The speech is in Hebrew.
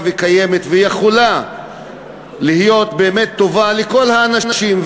וקיימת ויכולה להיות באמת טובה לכל האנשים.